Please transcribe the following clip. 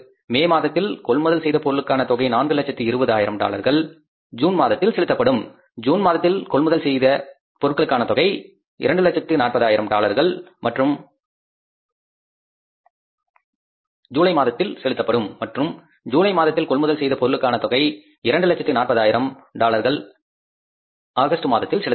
மே மாதத்தில் கொள்முதல் செய்த பொருளுக்கான தொகை 4 லட்சத்து 20 ஆயிரம் டாலர்கள் ஜூன் மாதத்தில் செலுத்தப்படும் ஜூன் மாதத்தில் கொள்முதல் செய்த பொருளுக்கான தொகை 2 லட்சத்து 40 ஆயிரம் டாலர்கள் மற்றும் ஜூலை மாதத்தில் கொள்முதல் செய்த பொருளுக்கான தொகை 2 லட்சத்து 40 ஆயிரம் டாலர்கள் அல்லவா